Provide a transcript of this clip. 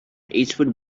eastward